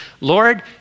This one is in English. Lord